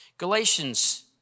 Galatians